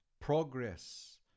progress